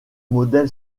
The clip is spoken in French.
modèle